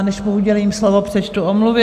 Než mu udělím slovo, přečtu omluvy.